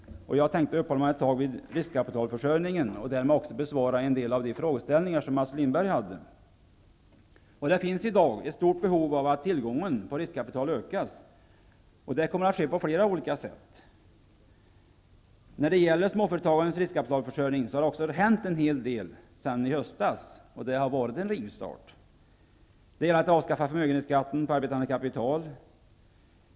Jag tänkte uppehålla mig ett tag vid riskkapitalförsörjningen och därmed också besvara en del av de frågor som Mats Lindberg ställde. Det finns i dag ett stort behov av en ökning av tillgången på riskkapital. Detta kommer att ske på flera olika sätt. När det gäller småföretagens riskkapitalförsörjning har det hänt en hel del sedan i höstas. Det har alltså skett en rivstart. Det gäller avskaffandet av förmögenhetsskatten på arbetande kapital.